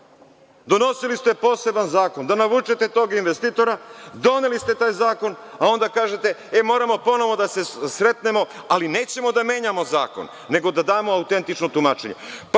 Donosili ste poseban zakon da navučete tog investitora, doneli ste taj zakon, a onda kažete - e, moramo da se sretnemo ali nećemo da menjamo zakon, nego da damo autentično tumačenje. Pa,